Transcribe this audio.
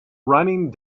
raining